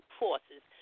forces